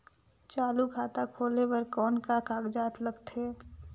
चालू खाता खोले बर कौन का कागजात लगथे?